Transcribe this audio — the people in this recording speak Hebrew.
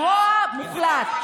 רוע מוחלט.